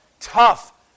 tough